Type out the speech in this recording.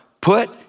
put